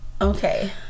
Okay